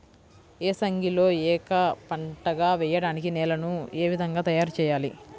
ఏసంగిలో ఏక పంటగ వెయడానికి నేలను ఏ విధముగా తయారుచేయాలి?